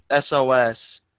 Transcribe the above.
SOS